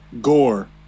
Gore